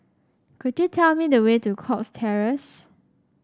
could you tell me the way to Cox Terrace